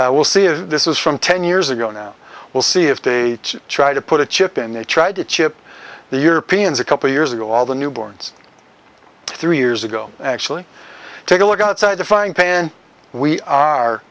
we'll see if this is from ten years ago now we'll see if they try to put a chip in they tried to chip the europeans a couple years ago all the newborns three years ago actually take a look outside to find pan we are